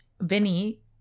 Vinny